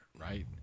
right